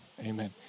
Amen